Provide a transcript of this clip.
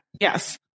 yes